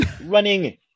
running